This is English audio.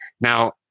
Now